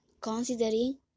Considering